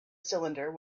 cylinder